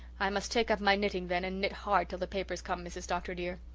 i must take up my knitting then and knit hard till the papers come, mrs. dr. dear.